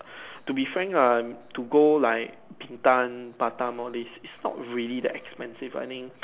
to be frank I am to go like Bintan Batam all these it's not really that expensive I think